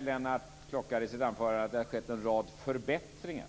Lennart Klockare nämnde i sitt anförande att det har skett en rad förbättringar.